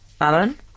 Alan